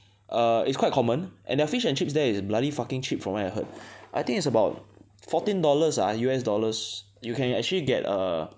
err it's quite common and their fish and chips there is bloody fucking cheap from what I heard I think it's about fourteen dollars ah U_S dollars you can actually get err